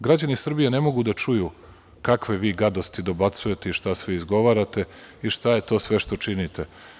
Građani Srbije ne mogu da čuju kakve vi gadosti dobacujete i šta sve izgovarate i šta je to sve što činite.